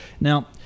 Now